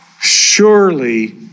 surely